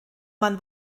man